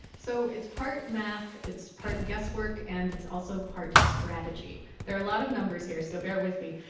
so, it's part math, it's part guess work and it's also part strategy. there are a lot of numbers here so bear with me.